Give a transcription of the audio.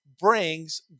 brings